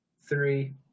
three